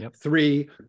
Three